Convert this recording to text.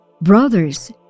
brothers